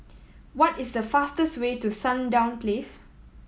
what is the fastest way to Sandown Place